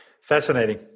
Fascinating